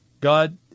God